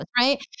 right